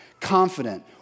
confident